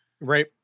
Right